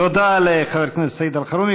תודה לחבר הכנסת סעיד אלחרומי.